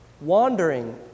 wandering